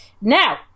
now